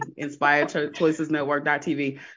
InspiredChoicesNetwork.tv